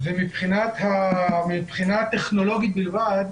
מבחינה טכנולוגית בלבד,